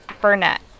Burnett